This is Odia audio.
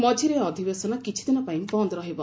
ମଝିରେ ଅଧିବେଶନ କିଛିଦିନ ପାଇଁ ବନ୍ଦ୍ ରହିବ